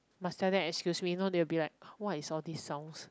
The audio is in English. must tell them excuse me know they would be like what's with all these sounds